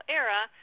era